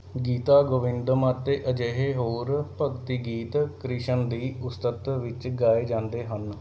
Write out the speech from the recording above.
ਗੀਤਾ ਗੋਵਿੰਦਮ ਅਤੇ ਅਜਿਹੇ ਹੋਰ ਭਗਤੀ ਗੀਤ ਕ੍ਰਿਸ਼ਨ ਦੀ ਉਸਤਤ ਵਿੱਚ ਗਾਏ ਜਾਂਦੇ ਹਨ